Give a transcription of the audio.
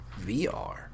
VR